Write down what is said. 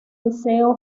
liceo